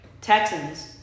Texans –